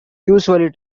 usually